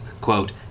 quote